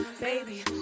Baby